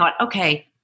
okay